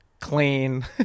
clean